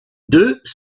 deux